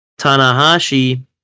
Tanahashi